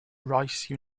rice